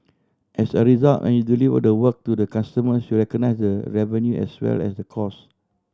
as a result when you deliver the work to the customers you recognise revenue as well as the cost